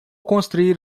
construir